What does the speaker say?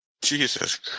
Jesus